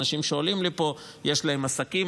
ואנשים שעולים לפה, יש להם עסקים.